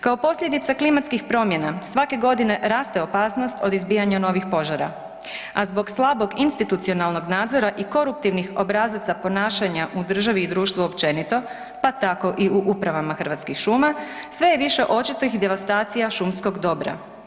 Kao posljedica klimatskih promjena svake godine raste opasnost od izbijanja novih požara, a zbog slabog institucionalnog nadzora i koruptivnih obrazaca ponašanja u državi i društvu općenito, pa tako i u upravama Hrvatskih šuma sve je više očitih devastacija šumskog dobra.